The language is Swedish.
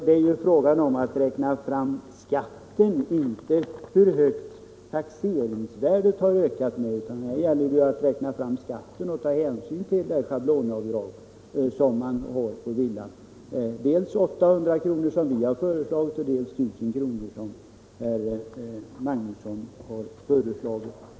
Det är ju fråga om att räkna fram skatten och inte om att fastställa hur mycket taxeringsvärdet har ökat. Jag upprepar att det gäller att räkna fram skatten och att ta hänsyn till det schablonavdrag som får göras för villan: dels 800 kr. som vi föreslagit, dels 1000 kr. som herr Magnusson har föreslagit.